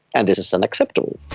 and this is unacceptable.